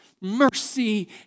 mercy